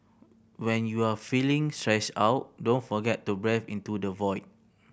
when you are feeling stressed out don't forget to breathe into the void